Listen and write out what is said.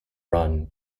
run